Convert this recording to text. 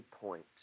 point